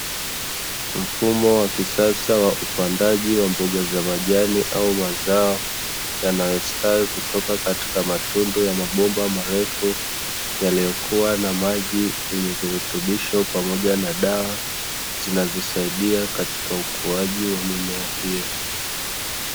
Mfumo wa kisasa wa upandaji wa mboga za majani au mazao yanayostawi kutoka katika matundu ya mabomba marefu yaliyokuwa na maji yenye virutubisho pamoja na dawa zinazosaidia katika ukuaji wa mimea hiyo.